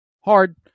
Hard